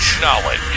Knowledge